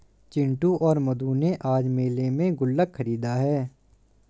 चिंटू और मधु ने आज मेले में गुल्लक खरीदा है